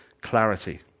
clarity